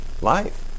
life